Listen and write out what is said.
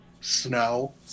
Snow